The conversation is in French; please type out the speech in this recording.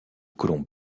colons